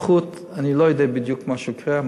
אני לא יודע בדיוק מה קורה במכון לבטיחות.